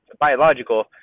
biological